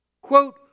Quote